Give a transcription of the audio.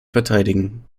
verteidigen